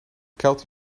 kuiltje